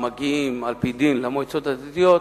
המגיעים על-פי דין למועצות הדתיות,